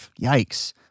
Yikes